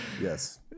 Yes